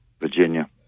Virginia